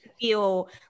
feel